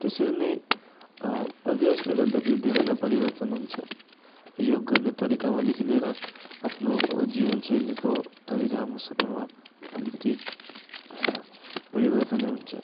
त्यसरी नै अभ्यासले गर्दाखेरि धेरै नै परिवर्तन हुन्छ योग गर्ने तरिकादेखि लिएर आफ्नो जीवनशैलीको तरिकामा समयमा अलिकति परिवर्तन नै हुन्छ